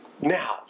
Now